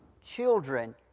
Children